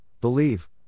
believe